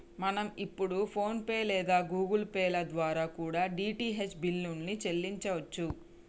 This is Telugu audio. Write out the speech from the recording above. మనం ఇప్పుడు ఫోన్ పే లేదా గుగుల్ పే ల ద్వారా కూడా డీ.టీ.హెచ్ బిల్లుల్ని చెల్లించచ్చు